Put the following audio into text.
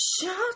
Shut